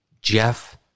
Jeff